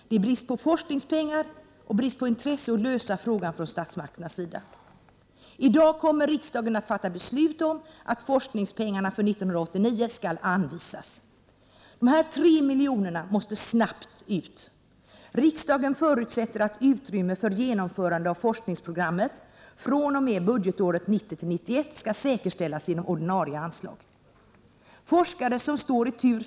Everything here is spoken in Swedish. Det är brist på forskningspengar och brist på intresse att lösa frågan från statsmakternas sida. I dag kommer riksdagen att fatta beslut om att forskningspengarna för 1989 skall anvisas. De 3 miljonerna måste snabbt ut. Riksdagen förutsätter att utrymme för genomförande av forskningsprogrammet fr.o.m. budgetåret 1990/91 skall säkerställas inom ordinarie anslag. Det finns redan forskare som står i tur.